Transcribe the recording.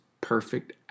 perfect